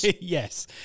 Yes